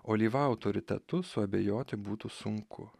olyva autoritetu suabejoti būtų sunku